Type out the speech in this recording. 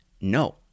No